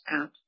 out